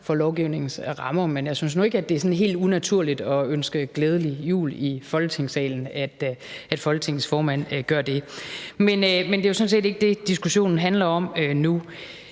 for lovgivningens rammer. Men jeg synes nu ikke, at det er sådan helt unaturligt at ønske glædelig jul i Folketingssalen, altså at Folketingets formand gør det. Men det er jo sådan set ikke det, diskussionen handler om nu.